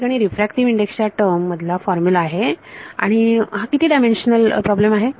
याठिकाणी refractive index च्या term मधला फॉर्म्युला आहे आणि हा किती डायमेन्शनल प्रॉब्लेम आहे